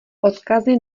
odkazy